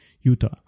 utah